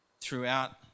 throughout